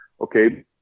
Okay